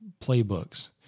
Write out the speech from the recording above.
playbooks